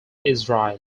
israel